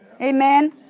Amen